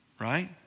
right